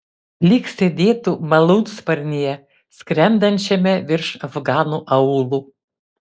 lyg sėdėtų malūnsparnyje skrendančiame virš afganų aūlų